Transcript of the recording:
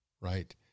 right